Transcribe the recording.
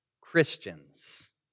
Christians